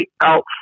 out